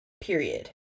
period